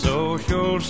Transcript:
Social